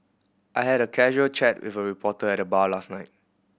I had a casual chat with a reporter at the bar last night